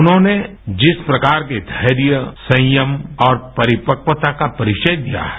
उन्होंने जिस प्रकार के धैर्य संयम और परिपक्वता का परिचय दिया है